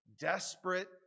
desperate